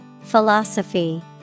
Philosophy